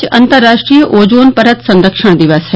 आज अंतर्राष्ट्रीय ओजोन परत संरक्षण दिवस है